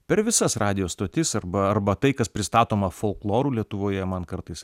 per visas radijo stotis arba arba tai kas pristatoma folkloru lietuvoje man kartais